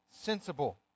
sensible